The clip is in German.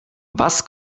was